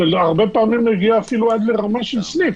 הרבה פעמים זה מגיע אפילו עד לרמה של סניף.